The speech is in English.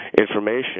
information